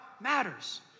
matters